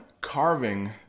carving